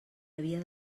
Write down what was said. havia